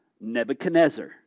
Nebuchadnezzar